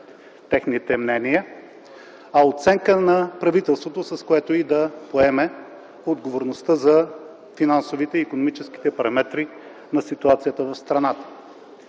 техните мнения, а оценка на правителството, с което да поеме отговорността за финансовите и икономическите параметри на ситуацията в страната.